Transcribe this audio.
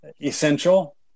essential